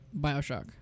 Bioshock